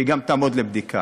והיא גם תעמוד לבדיקה,